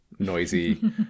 noisy